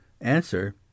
Answer